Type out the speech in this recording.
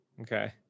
Okay